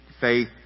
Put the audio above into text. faith